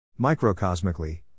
Microcosmically